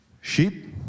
Sheep